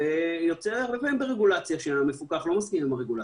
ויוצא הרבה פעמים ברגולציה שהמפוקח לא מסכים עם הרגולציה,